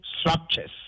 structures